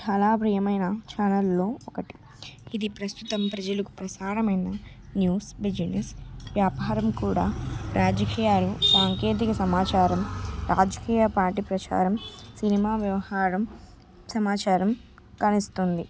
చాలా ప్రియమైన ఛానల్లో ఒకటి ఇది ప్రస్తుతం ప్రజలకు ప్రసారమైన న్యూస్ బిజినెస్ వ్యాపారం కూడా రాజకీయాలు సాంకేతిక సమాచారం రాజకీయ పార్టీ ప్రచారం సినిమా వ్యవహారం సమాచారం కనిస్తుంది